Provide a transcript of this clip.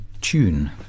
tune